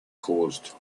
caused